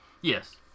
Yes